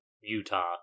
Utah